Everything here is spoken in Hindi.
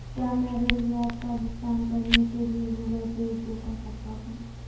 क्या मैं ऋण ब्याज का भुगतान करने के लिए गूगल पे उपयोग कर सकता हूं?